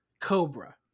Cobra